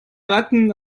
ratten